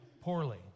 poorly